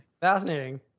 Fascinating